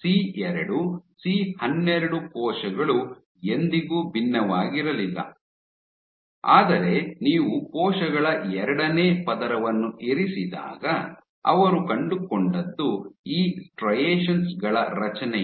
ಸಿ2 ಸಿ12 ಕೋಶಗಳು ಎಂದಿಗೂ ಭಿನ್ನವಾಗಿರಲಿಲ್ಲ ಆದರೆ ನೀವು ಕೋಶಗಳ ಎರಡನೇ ಪದರವನ್ನು ಇರಿಸಿದಾಗ ಅವರು ಕಂಡುಕೊಂಡದ್ದು ಈ ಸ್ಟ್ರೈಯೆಷನ್ಸ್ ಗಳ ರಚನೆಯನ್ನು